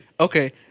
Okay